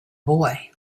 boy